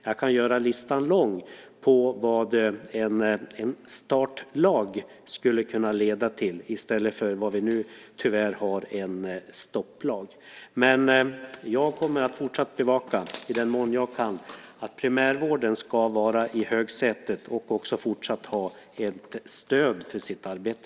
Jag kan göra listan lång på vad en startlag skulle kunna leda till i stället för det som vi nu tyvärr har, en stopplag. Jag kommer att fortsätta bevaka, i den mån jag kan, att primärvården är i högsätet och också fortsatt får ett stöd för sitt arbete.